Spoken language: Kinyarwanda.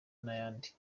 n’ayandi